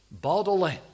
bodily